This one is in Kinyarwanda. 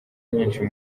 nyinshi